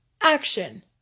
action